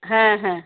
হ্যাঁ হ্যাঁ